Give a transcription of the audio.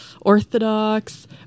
orthodox